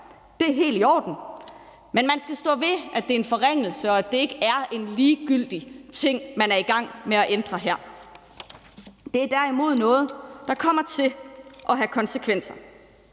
Det er helt i orden. Men man skal stå ved, at det er en forringelse, og at det ikke er en ligegyldig ting, man er i gang med at ændre her. Det er derimod noget, der kommer til at have konsekvenser.